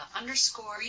Underscore